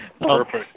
Perfect